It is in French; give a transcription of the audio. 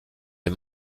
les